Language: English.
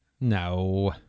No